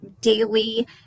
daily